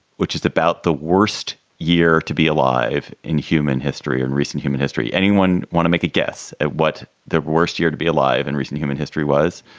which is about the worst year to be alive in human history and recent human history. anyone want to make a guess at what the worst year to be alive in recent human history was?